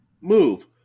move